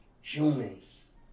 humans